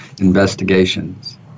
investigations